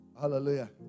Hallelujah